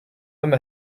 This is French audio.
homme